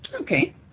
Okay